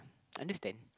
understand